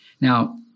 Now